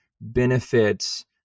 benefits